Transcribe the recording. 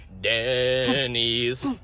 Denny's